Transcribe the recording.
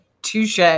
Touche